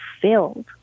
filled